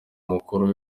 mukuru